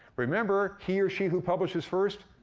remember, he or she who publishes first,